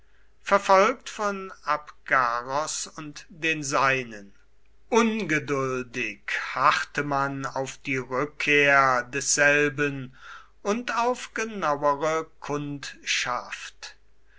verfolgt von abgaros und den seinen ungeduldig harrte man auf die rückkehr desselben und auf genauere kundschaft